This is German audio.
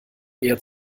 eher